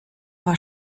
war